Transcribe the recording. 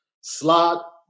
slot